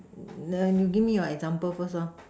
you give me your example first